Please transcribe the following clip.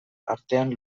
artean